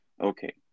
Okay